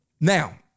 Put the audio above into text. Now